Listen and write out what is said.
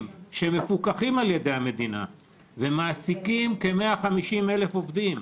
שמפוקחים על ידי המדינה ומעסיקים כ-150,000 עובדים,